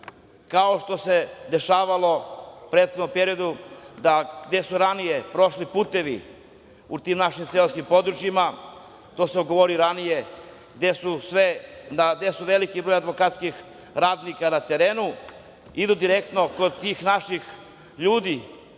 kao što se dešavalo u prethodnom periodu, gde su ranije prošli putevi u tim našim seoskim područjima, to sam vam govorio i ranije, gde je veliki broj advokatskih radnika na terenu, idu direktno kod tih naših ljudi